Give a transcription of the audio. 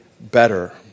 better